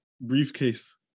Briefcase